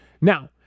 Now